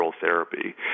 therapy